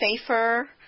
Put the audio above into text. safer